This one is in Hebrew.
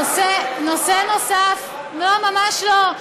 נושא נוסף, לא, ממש לא.